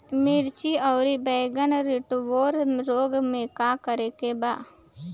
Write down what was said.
मिर्च आउर बैगन रुटबोरर रोग में का करे के बा?